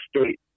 state